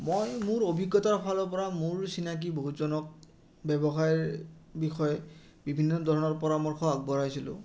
মই মোৰ অভিজ্ঞতাৰ ফালৰ পৰা মোৰ চিনাকি বহুতজনক ব্যৱসায়ৰ বিষয়ে বিভিন্ন ধৰণৰ পৰামৰ্শ আগবঢ়াইছিলোঁ